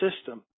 system